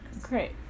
Great